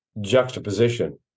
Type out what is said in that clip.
juxtaposition